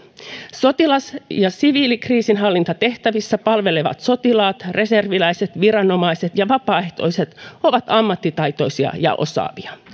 sotilas ja siviilikriisinhallintatehtävissä palvelevat sotilaat reserviläiset viranomaiset ja vapaaehtoiset ovat ammattitaitoisia ja osaavia